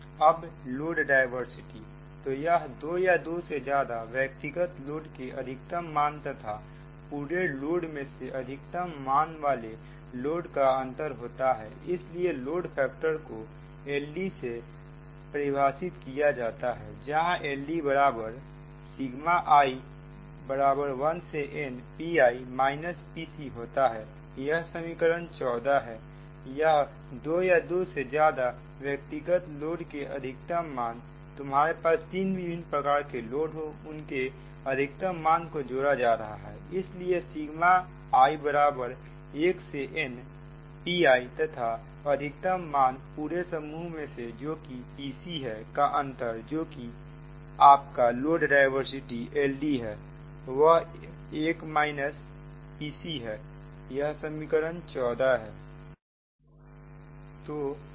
अब load diversity तो यह दो या दो से ज्यादा व्यक्तिगत लोड के अधिकतम मान तथा पूरे लोड में से अधिकतम मान वाले लोड का अंतर होता है इसीलिए लोड फैक्टर को LD से परिभाषित किया जाता है जहां LDi1npi pcहोता है यह समीकरण 14 है या दो या दो से ज्यादा व्यक्तिगत लोड के अधिकतम मान तुम्हारे पास 3 विभिन्न प्रकार के लोड हो उनके अधिकतम मान को जोड़ा जा रहा है इसलिए सिगमा i1 से n Pi तथा अधिकतम मान पूरे समूह में से जो की Pc है का अंतर जो कि आपका लोड डायवर्सिटी LD है वह 1 Pc है या समीकरण 14 है